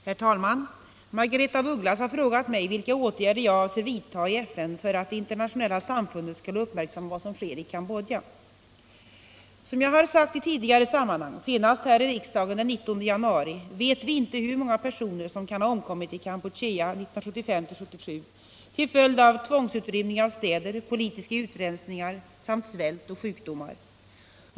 Herr talman! Margaretha af Ugglas har frågat mig vilka åtgärder jag avser vidta i FN för att det internationella samfundet skall uppmärksamma vad som sker i Cambodja. Som jag har sagt i tidigare sammanhang — senast här i riksdagen den 19 januari-— vet vi inte hur många personer som kan ha omkommit i Kampuchea 1975-1977 till följd av tvångsutrymning av städer, politiska utrensningar samt svält och sjukdomar.